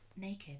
naked